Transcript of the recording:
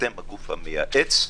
אתם הגוף המייעץ,